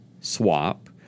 swap